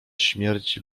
śmierci